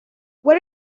what